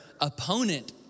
opponent